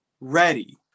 ready